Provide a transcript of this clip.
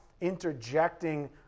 interjecting